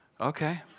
Okay